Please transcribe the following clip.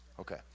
Okay